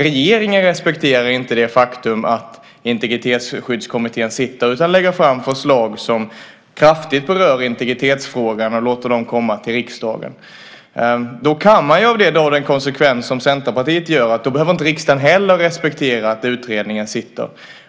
Regeringen respekterar inte det faktum att Integritetsskyddskommittén arbetar utan lägger fram förslag som kraftigt berör integritetsfrågan och låter dem komma till riksdagen. Då kan man av det dra den konsekvens som Centerpartiet gör, att då behöver inte heller riksdagen respektera att utredningen arbetar.